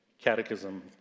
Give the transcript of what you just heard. Catechism